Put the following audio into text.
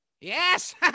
Yes